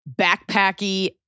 backpacky